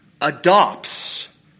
adopts